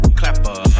clapper